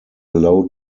low